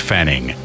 Fanning